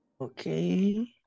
Okay